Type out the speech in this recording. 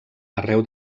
arreu